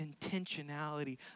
intentionality